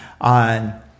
on –